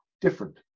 different